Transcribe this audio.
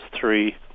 three